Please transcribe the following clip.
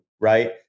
Right